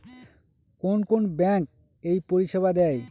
কোন কোন ব্যাঙ্ক এই পরিষেবা দেয়?